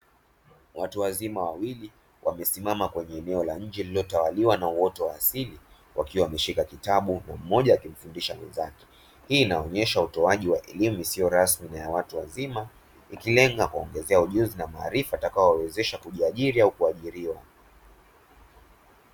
Watu wazima wawili, wamesimama kwenye eneo la nje lililotawaliwa na uoto wa asili wakiwa wameshika kitabu mmoja akimfundisha mwenzake, hii inaonyesha utowaji wa elimu isiyo rasmi na ya watu wazima ikilenga kuongezea ujuzi na maarifa utakaowawezesha kuajiri au kuajiriwa.